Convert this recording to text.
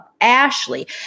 Ashley